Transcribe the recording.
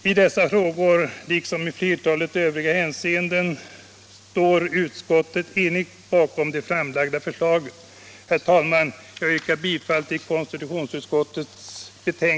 I dessa, liksom i flertalet övriga hänseenden, står utskottet enigt bakom de framlagda förslagen.